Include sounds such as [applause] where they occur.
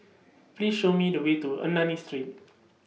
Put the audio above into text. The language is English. [noise] Please Show Me The Way to Ernani Street